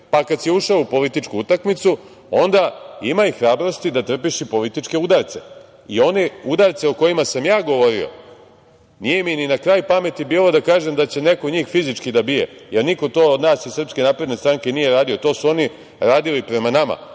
pa, kad si ušao u političku utakmicu, onda imaj hrabrosti da trpiš i političke udarce. I one udarce o kojima sam ja govorio, nije mi ni na kraj pameti bilo da kažem da će neko od njih fizički da bije, jer niko to od nas iz SNS nije radio, to su oni radili prema nama,